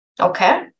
Okay